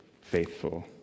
faithful